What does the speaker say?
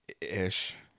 Ish